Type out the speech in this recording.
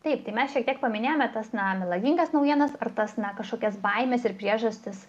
taip tai mes šiek tiek paminėjome tas na melagingas naujienas ar tas na kažkokias baimes ir priežastis